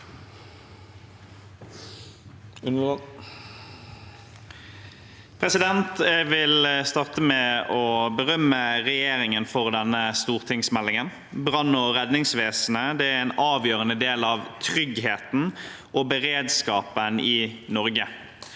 Jeg vil starte med å berømme regjeringen for denne stortingsmeldingen. Brann- og redningsvesenet er en avgjørende del av tryggheten og beredskapen i Norge.